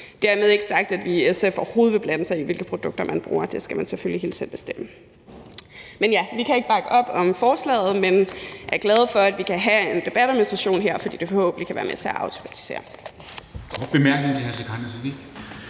Dermed ikke sagt, at vi i SF overhovedet vil blande os i, hvilke produkter man bruger. Det skal man selvfølgelig helt selv bestemme. Men vi kan ikke bakke op om forslaget, men er glade for, at vi kan have en debat om menstruation her, fordi det forhåbentlig kan være med til at aftabuisere